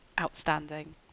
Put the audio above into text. outstanding